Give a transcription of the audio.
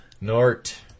Nort